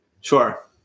sure